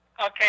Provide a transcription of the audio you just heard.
Okay